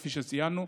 כפי שציינו.